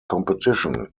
competition